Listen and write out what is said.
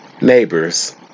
neighbors